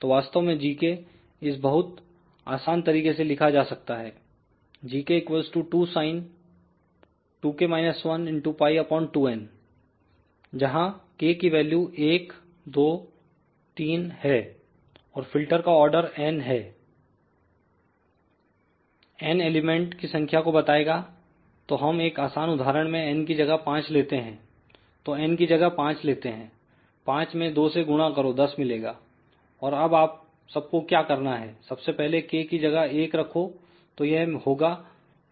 तो वास्तव में gk इस बहुत आसान तरीके से लिखा जा सकता है gk2sin⁡π2n जहां k की वैल्यू 1 2 3 है और फिल्टर का आर्डर n है n एलिमेंट की संख्या को बताएगा तो हम एक आसान उदाहरण में n की जगह 5 लेते हैं तो n की जगह 5 लेते हैं 5 में 2 से गुणा करो 10 मिलेगा और अब आप सबको क्या करना है सबसे पहले k की जगह 1 रखो तो यह होगा